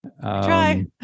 try